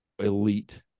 elite